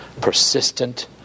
Persistent